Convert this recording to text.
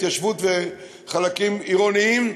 התיישבות וחלקים עירוניים.